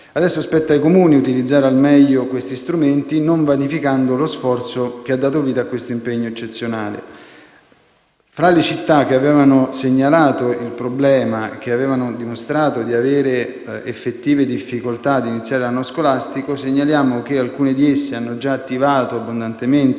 Adesso spetta ai Comuni utilizzare al meglio questi strumenti, non vanificando lo sforzo che ha dato vita a questo impegno eccezionale. Tra le città che avevano segnalato il problema e che avevano dimostrato di avere effettive difficoltà a iniziare l'anno scolastico, segnaliamo che alcune di esse hanno già attivato abbondantemente